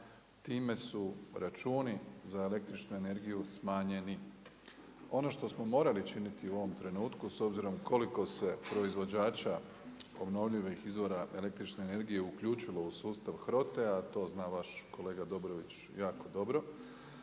time su računa za električnu energiju smanjeni. Ono što smo morali činiti u ovom trenutku s obzirom koliko se proizvođača obnovljivih izvora električne energije uključilo u sustav HROT-a, to zna vaš kolega Dobrović jako dobro,